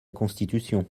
constitution